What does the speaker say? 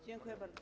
Dziękuję bardzo.